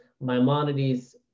Maimonides